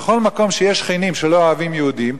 שבכל מקום שיש שכנים שלא אוהבים יהודים,